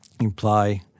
imply